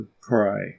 cry